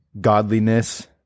godliness